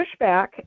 pushback